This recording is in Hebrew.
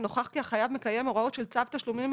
נוכח כי החייב מקיים הוראות של צו תשלומים,